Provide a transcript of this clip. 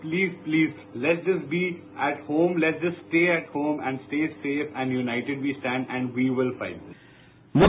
please please let's just be at home let just stay at home and stay safe and united be stand and we will fight